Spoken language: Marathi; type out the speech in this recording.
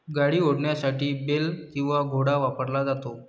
गाडी ओढण्यासाठी बेल किंवा घोडा वापरला जातो